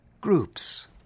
groups